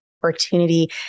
Opportunity